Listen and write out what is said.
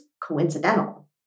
coincidental